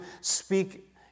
speak